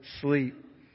sleep